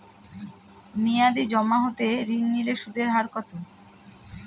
মেয়াদী জমা হতে ঋণ নিলে সুদের হার কত?